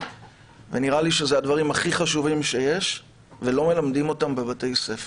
ונראה לי שאלה הדברים הכי חשובים שיש ולא מלמדים אותם בבתי הספר.